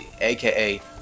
AKA